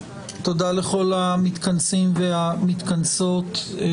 תודה לכל המתכנסים והמתכנסות,